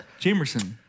Jamerson